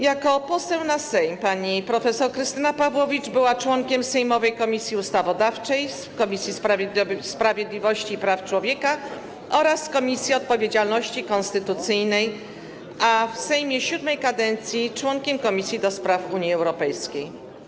Jako poseł na Sejm pani prof. Krystyna Pawłowicz była członkiem sejmowej Komisji Ustawodawczej, Komisji Sprawiedliwości i Praw Człowieka oraz Komisji Odpowiedzialności Konstytucyjnej, a w Sejmie VII kadencji członkiem Komisji do Spraw Unii Europejskiej.